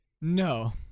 No